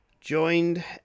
Joined